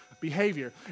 behavior